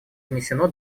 внесено